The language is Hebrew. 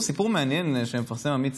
וזה נוסח ההצהרה: "אני מתחייב לשמור אמונים